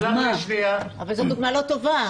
תסלח לי -- אבל זאת דוגמה לא טובה.